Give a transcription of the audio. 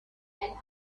and